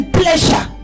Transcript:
pleasure